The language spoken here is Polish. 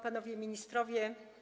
Panowie Ministrowie!